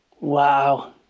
Wow